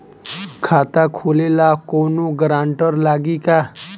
खाता खोले ला कौनो ग्रांटर लागी का?